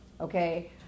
Okay